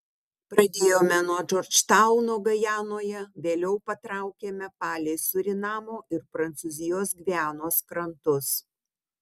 pradėjome nuo džordžtauno gajanoje vėliau patraukėme palei surinamo ir prancūzijos gvianos krantus